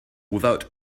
without